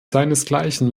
seinesgleichen